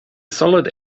solid